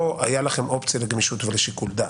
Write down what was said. הייתה לכם אופציה לגמישות ולשיקול דעת.